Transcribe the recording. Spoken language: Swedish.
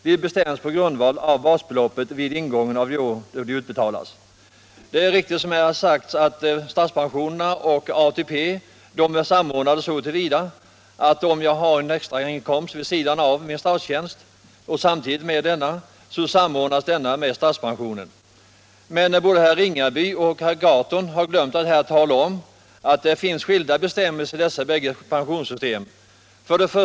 De bestäms på grundval av basbeloppet vid ingången av det år då de utbetalas. Det är riktigt som här har sagts att statspensionerna och ATP är samordnade så till vida som att en extra inkomst vid sidan om en statstjänst och samtidigt med denna samordnas med statspensionen. Men både herr Ringaby och herr Gahrton har glömt att tala om att det finns skilda bestämmelser i dessa båda pensionssystem.